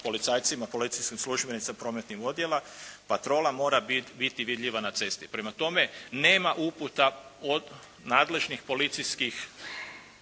policajcima, policijskim službenicima prometnim odjelima patrola mora biti vidljiva na cesti. Prema tome, nema uputa od nadležnih policijskih